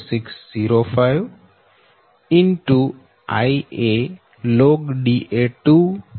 log Ib